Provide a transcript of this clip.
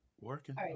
Working